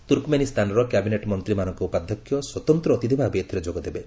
ତ୍ରକମେନୀସ୍ତାନର cabinet ମନ୍ତ୍ରୀମାନଙ୍କ ଉପାଧକ୍ଷ ସ୍ୱତନ୍ତ୍ର ଅତିଥି ଭାବେ ଏଥିରେ ଯୋଗ ଦେବେ